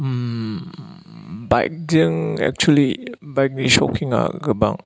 बाइकजों एक्सुवेलि बाइकनि सकिंआ गोबां